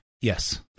Yes